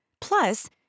Plus